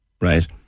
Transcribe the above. right